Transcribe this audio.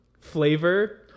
flavor